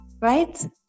Right